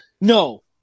No